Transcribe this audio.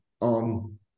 on